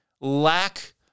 lack